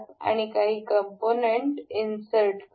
आणि काही component insert करू